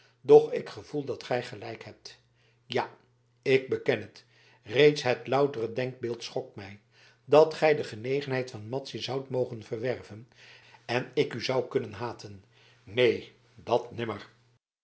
doch ik gevoel dat gij gelijk hebt ja ik beken het reeds het loutere denkbeeld schokt mij dat gij de genegenheid van madzy zoudt mogen verwerven en ik u zou kunnen haten neen dat nimmer